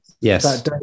yes